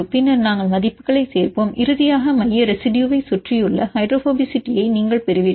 பின்னர் நாங்கள் மதிப்புகளைச் சேர்ப்போம் இறுதியாக மைய ரெசிடுயுவை சுற்றியுள்ள ஹைட்ரோபோபசிட்டியை நீங்கள் பெறுவீர்கள்